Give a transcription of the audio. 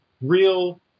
real